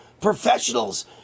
professionals